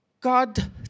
God